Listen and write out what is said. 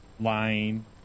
lying